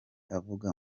avuga